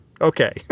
Okay